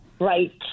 Right